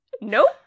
Nope